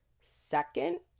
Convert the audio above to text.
second